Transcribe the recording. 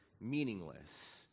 meaningless